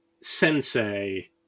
sensei